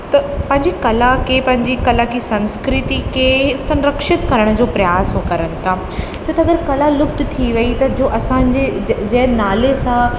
त पंहिंजी कला के पंहिंजी कला के संस्कृति के संरक्षित करण जो प्रयास हो कनि था छो त अगरि कला लुप्त थी वई त जो असांजे ज जंहिं नाले सां